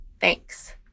thanks